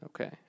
Okay